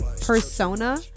persona